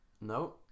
No